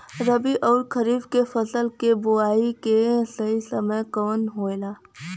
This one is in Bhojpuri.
रबी अउर खरीफ के फसल के बोआई के सही समय कवन होला?